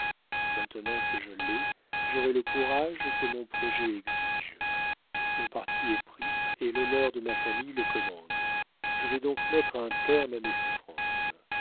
maintenant que je l'é j'orai le couraje que mon projet exije mon parti est pris et l'honneur de ma famille le commande je vais donc mettre un terme à mes souffransses